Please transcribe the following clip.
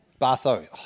Bartho